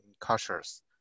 cultures